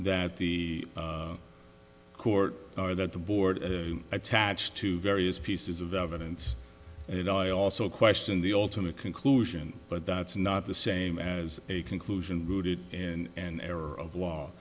that the court or that the board attached to various pieces of evidence and i also question the ultimate conclusion but that's not the same as a conclusion rooted in an error of law